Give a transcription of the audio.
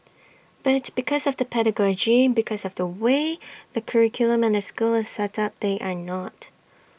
but because of the pedagogy because of the way the curriculum and the school is set up they are not